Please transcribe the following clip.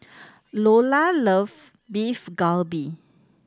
Lolla love Beef Galbi